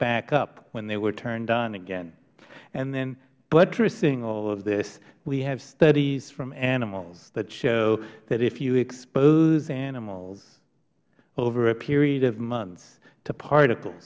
back up when they were turned on again and then buttressing all of this we have studies from animals that show that if you expose animals over a period of months to particle